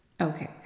Okay